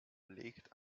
legt